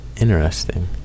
interesting